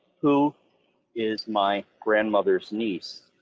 who is my grandmother's niece,